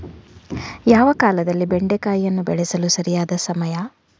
ಯಾವ ಕಾಲದಲ್ಲಿ ಬೆಂಡೆಕಾಯಿಯನ್ನು ಬೆಳೆಸಲು ಸರಿಯಾದ ಸಮಯ?